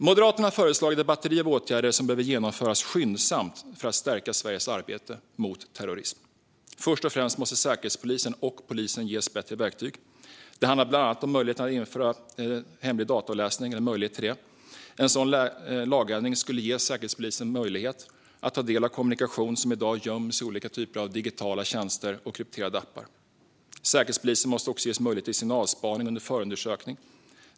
Moderaterna har föreslagit ett batteri av åtgärder som behöver vidtas skyndsamt för att stärka Sveriges arbete mot terrorism. Först och främst måste Säkerhetspolisen och polisen ges bättre verktyg. Det handlar bland annat om en möjlighet att införa hemlig dataavläsning. En sådan lagändring skulle ge Säkerhetspolisen en möjlighet att ta del av kommunikation som i dag göms i olika typer av digitala tjänster och krypterade appar. Säkerhetspolisen måste också ges möjlighet till signalspaning under förundersökning.